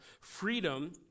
freedom